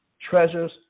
treasures